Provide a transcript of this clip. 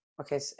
Okay